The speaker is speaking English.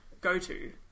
go-to